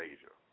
Asia